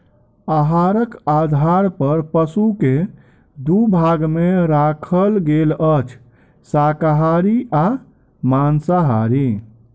आहारक आधार पर पशु के दू भाग मे राखल गेल अछि, शाकाहारी आ मांसाहारी